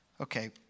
Okay